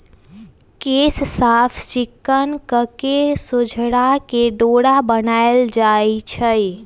केश साफ़ चिक्कन कके सोझरा के डोरा बनाएल जाइ छइ